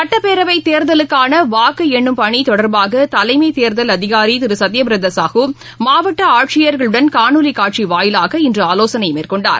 சட்ப்பேரவைத் தேர்தலுக்கானவாக்குஎண்ணும் பணிதொடர்பாகதலைமைதேர்தல் அதிகாரிதிருகத்யபிரதசாகுமாவட்ட ஆட்சியர்களுடன் காணொலிகாட்சிவாயிலாக இன்றுஆவோசனைமேற்கொண்டார்